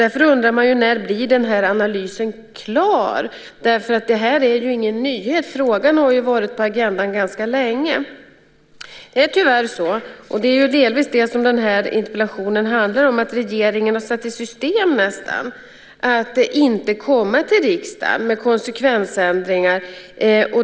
Därför undrar man när den här analysen blir klar. Det här är ju ingen nyhet. Frågan har varit på agendan ganska länge. Det är tyvärr så, och det är delvis det som den här interpellationen handlar om, att regeringen nästan har satt i system att inte komma till riksdagen med konsekvensändringar.